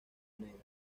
negras